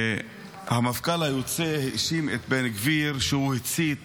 המפכ"ל היוצא האשים את בן גביר שהוא הצית